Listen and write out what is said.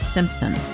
Simpson